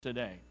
today